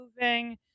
moving